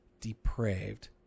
depraved